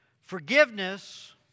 Forgiveness